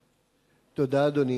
תודה, אדוני.